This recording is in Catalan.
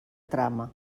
trama